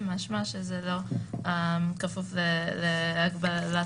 התש"ף-2020 (להלן